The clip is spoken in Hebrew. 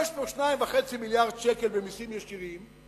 יש פה 2.5 מיליארדי שקל במסים ישירים,